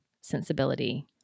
sensibility